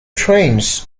trains